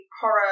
horror